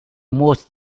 most